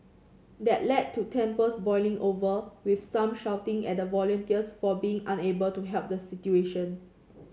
that led to tempers boiling over with some shouting at the volunteers for being unable to help the situation